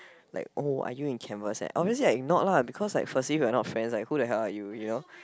like oh are you in canvas and obviously I ignored lah because like firstly we are not friends who the hell are you you know